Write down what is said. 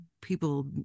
people